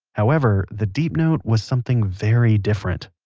however, the deep note was something very different